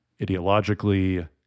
ideologically